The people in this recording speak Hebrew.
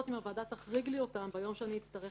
הוועדה תחריג לי אותם ביום שאני אצטרך